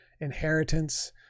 inheritance